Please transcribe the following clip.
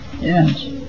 Yes